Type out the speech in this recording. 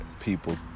people